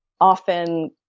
often